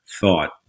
thought